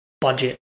budget